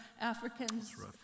Africans